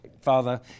father